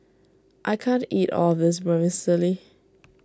I can't eat all of this Vermicelli